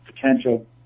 potential